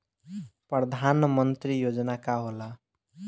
परधान मंतरी योजना का होला?